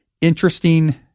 interesting